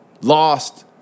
lost